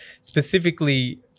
specifically